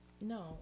No